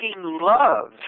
love